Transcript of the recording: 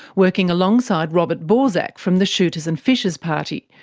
working alongside robert borsak from the shooters and fishers party,